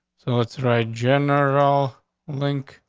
so what's right, general link,